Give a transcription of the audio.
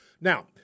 Now